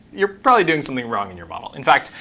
you're probably doing something wrong in your model. in fact,